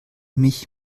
mich